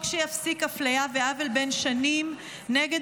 חוק שיפסיק אפליה ועוול בן שנים נגד